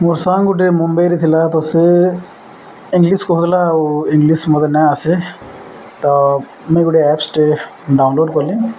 ମୋର୍ ସାଙ୍ଗ୍ ଗୁଟେ ମୁମ୍ବାଇରେ ଥିଲା ତ ସେ ଇଂଲିଶ କହୁଥିଲା ଆଉ ଇଂଲିଶ୍ ମୋତେ ନାଇଁ ଆସେ ତ ମୁଇଁ ଗୁଟେ ଆପ୍ସ୍ଟେ ଡ଼ାଉନଲୋଡ଼୍ କଲି